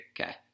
Okay